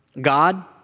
God